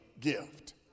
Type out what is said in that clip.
gift